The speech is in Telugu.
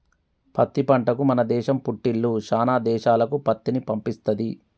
పత్తి పంటకు మన దేశం పుట్టిల్లు శానా దేశాలకు పత్తిని పంపిస్తది